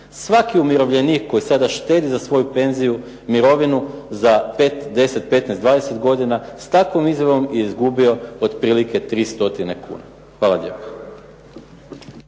Svaki umirovljenik koji sada štedi za svoju penziju, mirovinu za 5, 10, 15, 20 godina s takvom izjavom je izgubio otprilike 3 stotine kuna. Hvala lijepa.